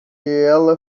ela